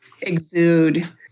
exude